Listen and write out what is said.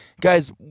guys